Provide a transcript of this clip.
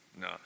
No